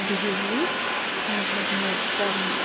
বিহু বুলি ঘৰখনৰ একদম